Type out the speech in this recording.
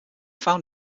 found